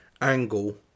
angle